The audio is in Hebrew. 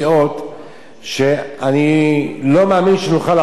ואני לא מאמין שנוכל לעמוד בלחץ הזה.